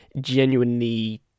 genuinely